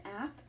app